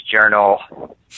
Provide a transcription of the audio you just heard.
journal